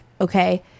Okay